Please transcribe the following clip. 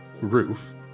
roof